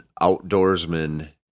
outdoorsman